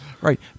Right